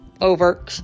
Over